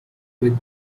with